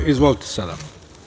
Izvolite sada.